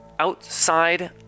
outside